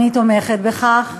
אני תומכת בכך.